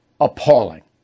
appalling